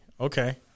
Okay